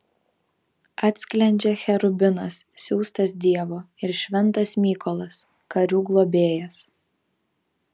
atsklendžia cherubinas siųstas dievo ir šventas mykolas karių globėjas